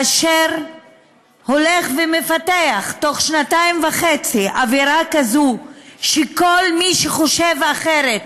הוא הולך ומפתח תוך שנתיים וחצי אווירה כזאת שכל מי שחושב אחרת,